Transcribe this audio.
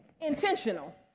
intentional